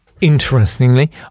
interestingly